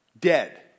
dead